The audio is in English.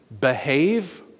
Behave